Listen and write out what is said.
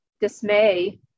dismay